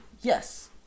Yes